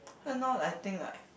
cause now I think like